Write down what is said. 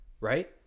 right